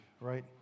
right